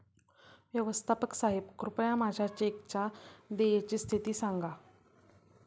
व्यवस्थापक साहेब कृपया माझ्या चेकच्या देयची स्थिती सांगा